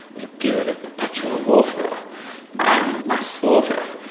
is a period of perpetual warfare, and mass slaughter,